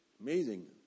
Amazing